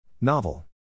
Novel